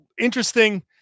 interesting